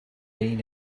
been